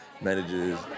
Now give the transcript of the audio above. managers